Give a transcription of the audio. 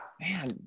man